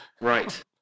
right